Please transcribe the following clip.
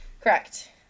Correct